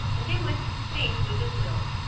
and they went at things with a will.